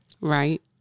Right